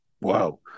wow